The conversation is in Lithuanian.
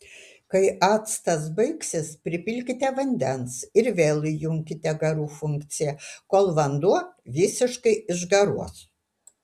kai actas baigsis pripilkite vandens ir vėl įjunkite garų funkciją kol vanduo visiškai išgaruos